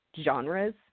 genres